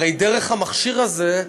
הרי דרך המכשיר הזה,